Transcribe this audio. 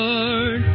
Lord